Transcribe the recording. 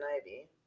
Ivy